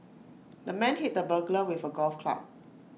the man hit the burglar with A golf club